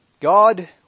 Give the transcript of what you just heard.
God